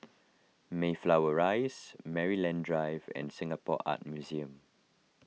Mayflower Rise Maryland Drive and Singapore Art Museum